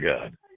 god